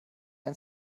ein